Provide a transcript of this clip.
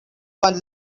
one